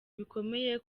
bikomeye